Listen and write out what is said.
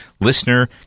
listener